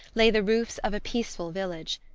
lay the roofs of a peaceful village.